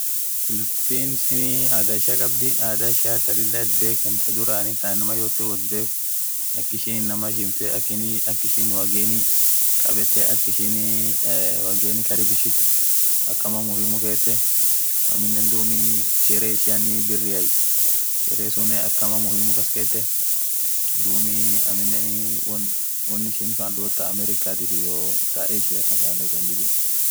Philippines adhaa ishia khabdhii adhaa ishia thaa lila itbekhenu tha dhurani thaa inamaa yote woth bekhenu akishin inamaa heshimthee akishin wageni khabetee akhishin wageni karibishithu akamaa muhimu kheteee aminen dhub Sheree ishian birria Sheree sunen akamaa muhimu kaskethe dhub aminen won ishin fandhotu thaa americatif iyo asia akhan fandhoti dhibiii